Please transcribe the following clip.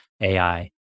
AI